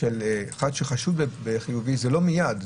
של אדם שחשוד כחיובי לא ניתנת מיד.